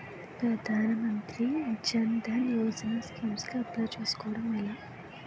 ప్రధాన మంత్రి జన్ ధన్ యోజన స్కీమ్స్ కి అప్లయ్ చేసుకోవడం ఎలా?